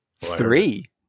Three